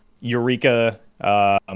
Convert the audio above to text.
Eureka